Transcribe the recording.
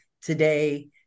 today